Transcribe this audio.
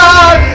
God